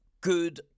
good